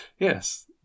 Yes